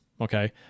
Okay